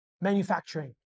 manufacturing